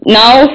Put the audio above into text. now